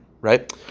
right